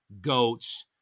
goats